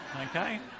okay